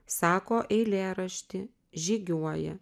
sako eilėraštį žygiuoja